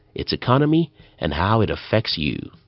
its economy and how it affects you.